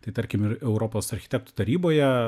tai tarkim ir europos architektų taryboje